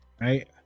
right